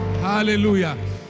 Hallelujah